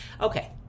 Okay